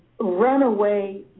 runaway